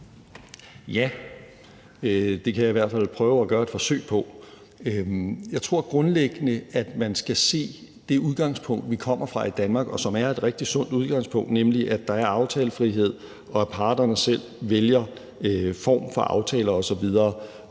Ja, det kan jeg i hvert fald prøve at gøre et forsøg på. Jeg tror grundlæggende, at man skal se på det udgangspunkt, vi kommer fra i Danmark, og som er et rigtig sundt udgangspunkt, nemlig at der er aftalefrihed, at parterne selv vælger aftaleform osv.,